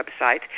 website